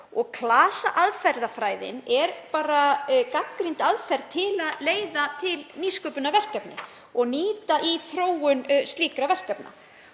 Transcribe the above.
og klasaaðferðafræðin er bara gagnrýnd aðferð sem leiðir til nýsköpunarverkefna og nýtist í þróun slíkra verkefna.